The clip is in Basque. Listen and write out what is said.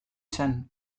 zen